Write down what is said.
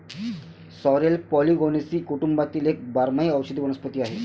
sorrel Polygonaceae कुटुंबातील एक बारमाही औषधी वनस्पती आहे